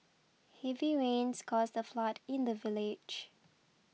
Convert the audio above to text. heavy rains caused a flood in the village